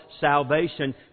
Salvation